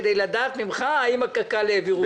כדי לדעת ממך אם הקק"ל העבירו כסף.